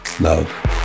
love